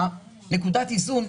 נקודת האיזון,